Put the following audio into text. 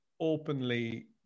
openly